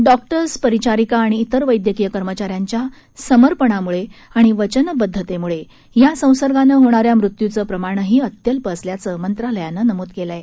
doctors परिचारीका आणि तिर वैद्यकीय कर्मचाऱ्यांच्या समर्पणामुळे आणि वचनबद्धतेमुळे या संसर्गानं होणाऱ्या मृत्यूचं प्रमाणंही अत्यल्प असल्याचं मंत्रालयानं नमूद केलं आहे